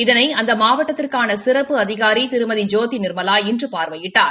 இதனை அந்த மாவட்டத்திற்கான சிறப்பு அதிகாரி திருமதி ஜோதி நிர்மலா இன்று பார்வையிட்டார்